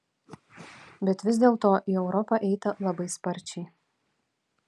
bet vis dėlto į europą eita labai sparčiai